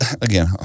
Again